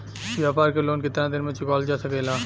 व्यापार के लोन कितना दिन मे चुकावल जा सकेला?